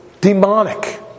demonic